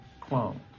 clone